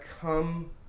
come